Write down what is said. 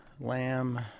lamb